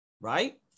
right